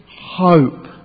hope